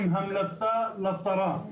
עם המלצה לשרה.